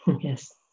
Yes